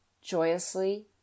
joyously